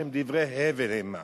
שדברי הבל המה.